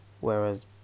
Whereas